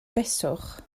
beswch